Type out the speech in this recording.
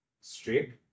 straight